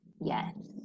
Yes